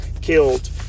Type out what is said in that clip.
killed